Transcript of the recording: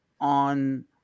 on